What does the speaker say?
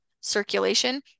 circulation